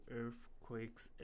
earthquakes